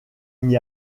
n’y